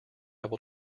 will